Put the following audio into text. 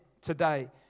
today